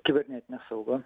kibernetinę saugą